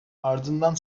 ardından